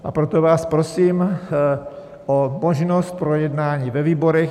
A proto vás prosím o možnost projednání ve výborech.